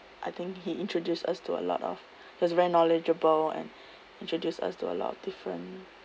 I think he introduced us to a lot of he was very knowledgeable and introduced us to a lot of different